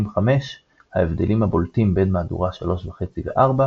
5 ההבדלים הבולטים בין מהדורה 3.5 ו-4